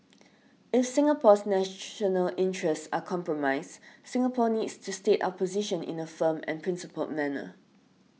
if Singapore's national interests are compromised Singapore needs to state our position in a firm and principle manner